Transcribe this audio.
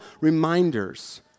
reminders